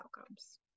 outcomes